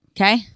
Okay